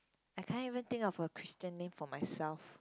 I can't even think of a Christian name for myself